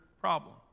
problem